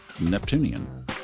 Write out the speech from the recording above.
Neptunian